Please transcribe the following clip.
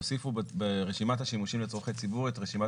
הוסיפו ברשימת השימושים לצרכי ציבור את רשימת